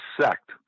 sect